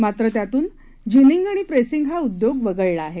मात्र त्यातून जिनिंग आणि प्रेसिंग हा उद्योग वगळला आहे